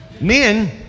men